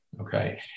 Okay